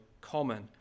common